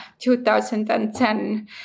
2010